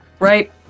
Right